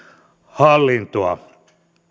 hallintoa